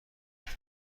بزنه